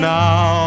now